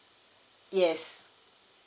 yes